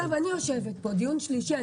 אני יושבת פה זה הדיון השלישי.